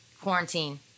quarantine